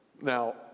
Now